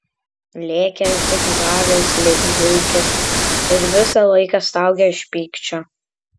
lėkė zigzagais lyg zuikis ir visą laiką staugė iš pykčio